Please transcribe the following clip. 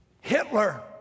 Hitler